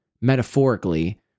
metaphorically